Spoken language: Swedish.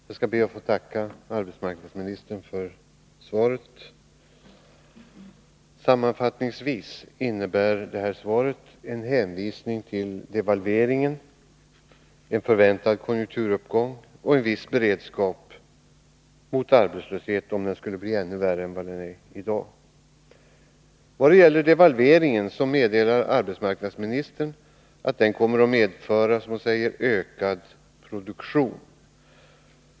Herr talman! Jag skall be att få tacka arbetsmarknadsministern för svaret. Sammanfattningsvis innebär svaret en hänvisning till devalveringen, en förväntad konjunkturuppgång och en viss beredskap mot arbetslöshet om denna skulle bli ännu värre än vad den är i dag. När det gäller devalveringen meddelar arbetsmarknadsministern att den kommer att medföra, som hon säger, ökad produktion.